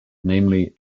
namely